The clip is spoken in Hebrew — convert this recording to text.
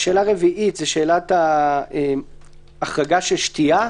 שאלה רביעית זו שאלת ההחרגה של שתייה,